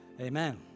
Amen